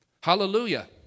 Hallelujah